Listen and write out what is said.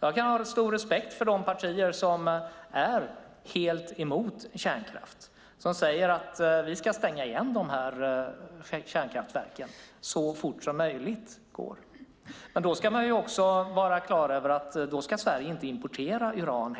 Jag kan ha stor respekt för de partier som är helt emot kärnkraft, som säger att vi ska stänga igen kärnkraftverken så fort som möjligt. Men då ska man vara klar över att Sverige inte heller ska importera uran.